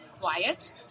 quiet